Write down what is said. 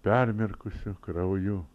permirkusiu krauju